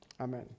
Amen